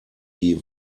die